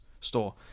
store